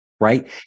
right